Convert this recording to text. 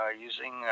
using